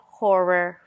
horror